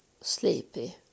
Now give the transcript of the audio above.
sleepy